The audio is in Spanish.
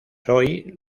hoy